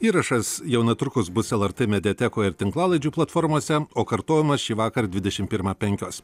įrašas jau netrukus bus lrt mediatekoje ir tinklalaidžių platformose o kartojimas šįvakar dvidešimt pirmą penkios